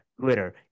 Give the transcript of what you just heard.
twitter